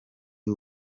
y’u